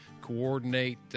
coordinate